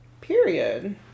period